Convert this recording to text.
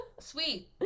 Sweet